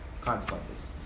consequences